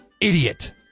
Idiot